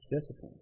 discipline